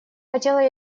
хотела